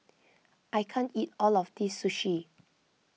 I can't eat all of this Sushi